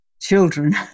children